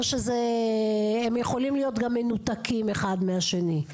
או שהם יכולים להיות גם מנותקים אחד מהשני?